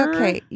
Okay